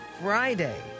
Friday